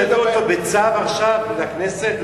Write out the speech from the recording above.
שהוא יביא אותו בצו עכשיו לכנסת?